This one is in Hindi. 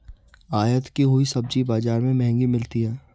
आयत की हुई सब्जी बाजार में महंगी मिलती है